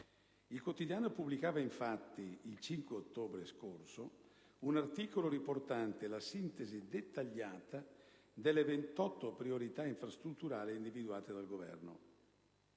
Il quotidiano pubblicava infatti, il 5 ottobre scorso, un articolo riportante la sintesi dettagliata delle 28 priorità infrastrutturali individuate dal Governo.